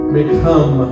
become